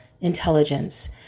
intelligence